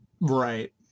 Right